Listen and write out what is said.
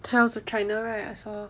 它是 china right I saw